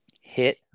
hit